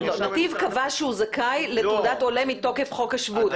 נתיב קבע שהוא זכאי לתעודת עולה מתוקף חוק השבות,